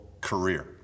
career